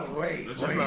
wait